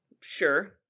Sure